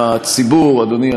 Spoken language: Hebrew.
לציבור אדוני,